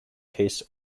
case